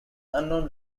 unknown